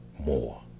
more